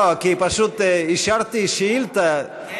לא ניתן כספים קואליציוניים.